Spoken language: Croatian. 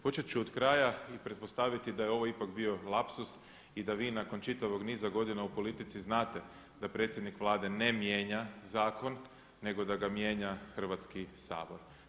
Početi ću od kraja i pretpostaviti da je ovo ipak bio lapsus i da vi nakon čitavog niza godina u politici znate da predsjednik Vlade ne mijenja zakon nego da ga mijenja Hrvatski sabor.